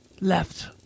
left